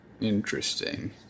Interesting